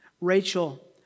Rachel